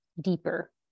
deeper